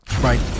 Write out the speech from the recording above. Right